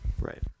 Right